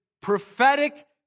prophetic